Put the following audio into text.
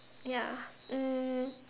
ya um